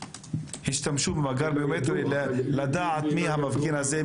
שהשתמשו במאגר ביומטרי כדי לדעת מיהו המפגין הזה,